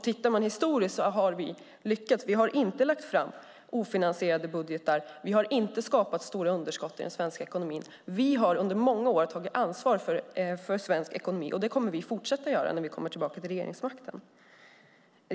Tittar man historiskt har vi socialdemokrater lyckats. Vi har inte lagt fram ofinansierade budgetar. Vi har inte skapat stora underskott i den svenska ekonomin. Vi har under många år tagit ansvar för svensk ekonomi, och det kommer vi att fortsätta göra när vi kommer tillbaka till regeringsmakten.